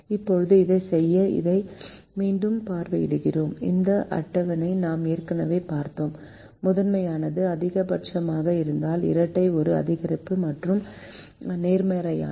இப்போது இதைச் செய்ய இதை மீண்டும் பார்வையிடுவோம் இந்த அட்டவணை நாம் ஏற்கனவே பார்த்தோம் முதன்மையானது அதிகபட்சமாக இருந்தால் இரட்டை ஒரு அதிகரிப்பு மற்றும் நேர்மாறாக